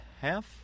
half